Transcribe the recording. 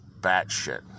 batshit